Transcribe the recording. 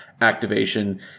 Activation